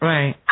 Right